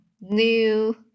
new